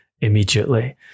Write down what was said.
immediately